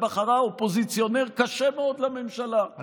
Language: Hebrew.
היא בחרה אופוזיציונר קשה מאוד לממשלה,